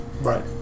Right